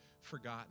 forgotten